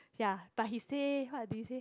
ya but he say what did he say